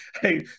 Hey